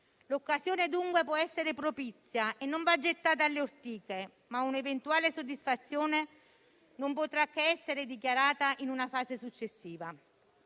L'occasione, dunque, può essere propizia e non va gettata alle ortiche, ma un'eventuale soddisfazione non potrà che essere dichiarata in una fase successiva,